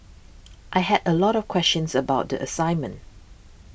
I had a lot of questions about the assignment